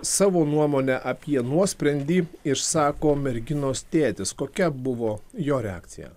savo nuomonę apie nuosprendį išsako merginos tėtis kokia buvo jo reakcija